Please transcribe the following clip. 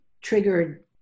triggered